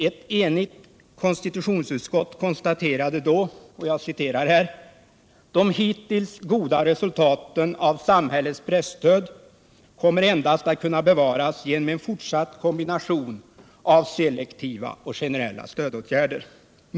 Ett enigt konstitutionsutskott konstaterade då: ”De hittills goda resultaten av samhällets presstöd kommer endast att kunna bevaras genom en fortsatt kombination av selektiva och generella stödåtgärder.